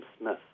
Smith